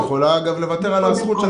את יכולה לוותר על הזכות,